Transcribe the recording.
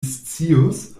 scius